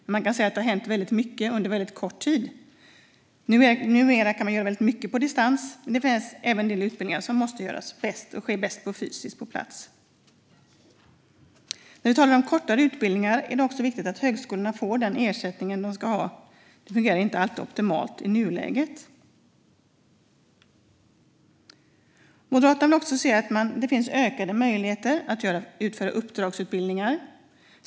Det har hänt väldigt mycket under väldigt kort tid. Numera kan man göra väldigt mycket på distans. Men det finns även en del utbildningar som måste ges och sker bäst fysiskt på plats. När vi talar om kortare utbildningar är det också viktigt att högskolorna får den ersättning de ska ha. Det fungerar inte alltid optimalt i nuläget. Moderaterna vill också se ökade möjligheter att utföra uppdragsutbildningar.